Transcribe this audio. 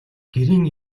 гэрийн